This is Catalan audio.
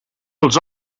els